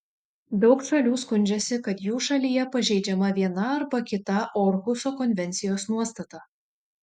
daug šalių skundžiasi kad jų šalyje pažeidžiama viena arba kita orhuso konvencijos nuostata